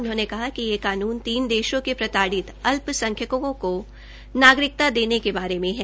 उन्होंने कहा कि ये कानून तीन देशों के प्रताडित अलप्रसंख्यकों को नागरिकता देने के बारे में है